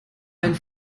ein